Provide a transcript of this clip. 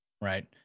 right